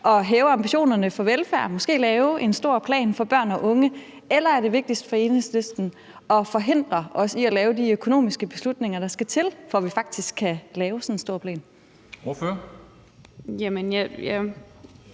hæve ambitionerne for velfærd og måske lave en stor plan for børn og unge, eller er det vigtigst for Enhedslisten at forhindre os i at træffe de økonomiske beslutninger, der skal til, for at vi faktisk kan lave sådan en stor plan? Kl. 15:04 Formanden